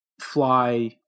fly